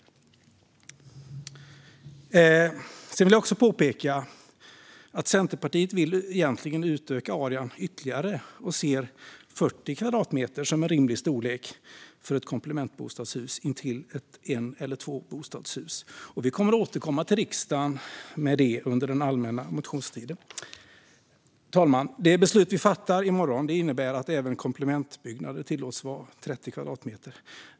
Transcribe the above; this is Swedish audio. Sedan vill jag påpeka att Centerpartiet egentligen vill utöka arean ytterligare. Vi ser 40 kvadratmeter som en rimlig storlek för ett komplementbostadshus intill ett en eller tvåbostadshus. Vi kommer att återkomma till riksdagen med detta under den allmänna motionstiden. Fru talman! Det beslut vi fattar i morgon innebär att även komplementbyggnader tillåts vara 30 kvadratmeter.